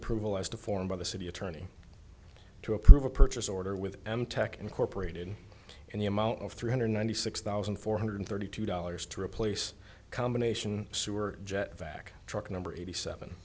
approval as to form by the city attorney to approve a purchase order with m tech incorporated in the amount of three hundred ninety six thousand four hundred thirty two dollars to replace a combination sewer jet pack truck number eighty seven